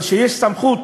אבל כשיש סמכות,